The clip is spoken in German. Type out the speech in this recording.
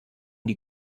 die